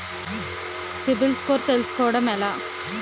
CIBIL score తెల్సుకోటం ఎలా?